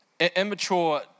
Immature